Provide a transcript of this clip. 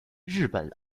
日本